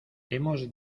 hemos